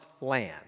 land